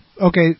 okay